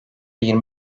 yirmi